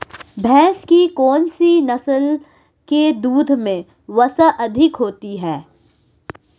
भैंस की कौनसी नस्ल के दूध में वसा अधिक होती है?